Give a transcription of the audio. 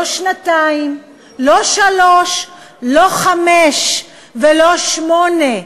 לא שנתיים, לא שלוש, לא חמש ולא שמונה,